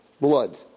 blood